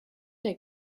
der